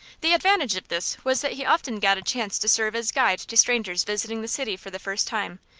the advantage of this was that he often got a chance to serve as guide to strangers visiting the city for the first time,